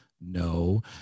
No